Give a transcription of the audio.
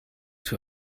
two